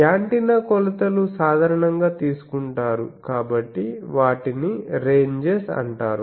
antenna కొలతలు సాధారణంగా తీసుకుంటారు కాబట్టి వాటిని రెంజెస్ అంటారు